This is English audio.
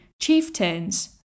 chieftains